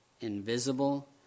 invisible